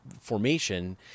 formation